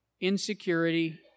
insecurity